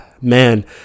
Man